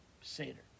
Seder